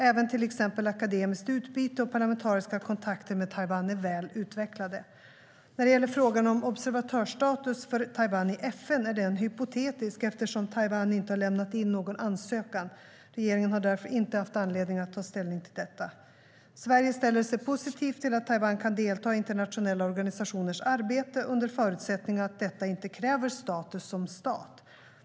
Även till exempel akademiskt utbyte och parlamentariska kontakter med Taiwan är väl utvecklade. När det gäller frågan om observatörsstatus för Taiwan i FN är den hypotetisk, eftersom Taiwan inte har lämnat in någon ansökan. Regeringen har därför inte haft anledning att ta ställning till detta. Sverige ställer sig positivt till att Taiwan kan delta i internationella organisationers arbete, under förutsättning att detta inte kräver status som stat.